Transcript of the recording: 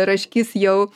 raškys jau